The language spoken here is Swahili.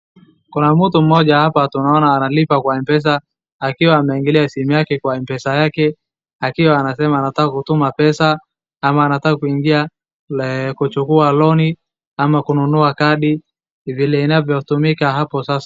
Kuna mtu mmoja hapa tunaoana analipa kwa Mpesa. akiwa ameangalia simu yake kwa mpesa yake. Akiwa nasema nataka kutuma pesa ama anataka kuingia kuchukua loan ama kununua kadi ni vile inavyotumika hapo sasa.